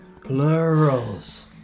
Plurals